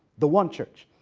the one church.